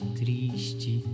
triste